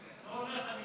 אני לא הולך,